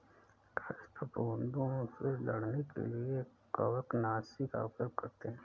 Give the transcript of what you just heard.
कृषि फफूदों से लड़ने के लिए कवकनाशी का उपयोग करते हैं